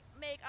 make